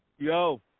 Yo